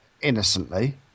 innocently